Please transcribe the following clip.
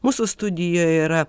mūsų studijoj yra